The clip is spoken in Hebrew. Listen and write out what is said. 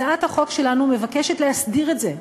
הצעת החוק שלנו מבקשת להסדיר את זה,